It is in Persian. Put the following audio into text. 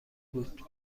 بود